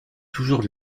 toujours